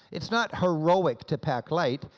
it's not heroic to pack light,